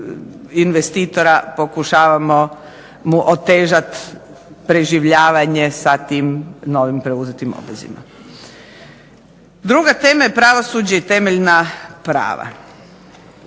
investitora, pokušavamo mu otežati preživljavanje sa tim novim preuzetim obvezama. Druga tema je pravosuđe i temeljna prava.